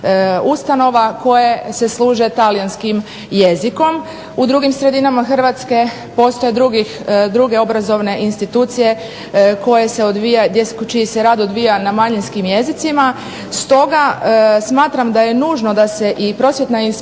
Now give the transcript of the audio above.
U drugim sredinama Hrvatske postoje druge obrazovne institucije čiji se rad odvija na manjinskim jezicima. Stoga smatram da je nužno da se i Prosvjetna inspekcija